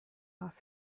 off